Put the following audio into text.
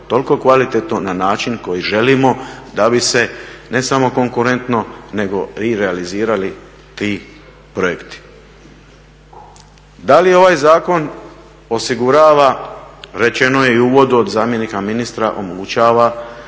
toliko kvalitetno na način koji želimo da bi se ne samo konkurentno nego i realizirali ti projekti. Da li ovaj zakon osigurava, rečeno je i u uvodu od zamjenika ministra, omogućava